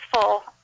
full